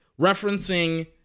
referencing